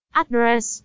address